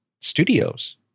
studios